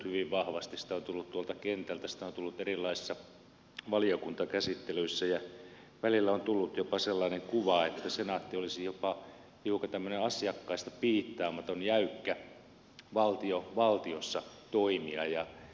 sitä on tullut tuolta kentältä sitä on tullut erilaisissa valiokuntakäsittelyissä ja välillä on tullut jopa sellainen kuva että senaatti olisi jopa hiukan tämmöinen asiakkaista piittaamaton ja jäykkä valtio valtiossa toimija